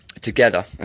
together